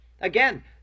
Again